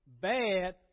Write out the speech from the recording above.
bad